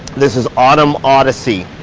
this is autumn odyssey.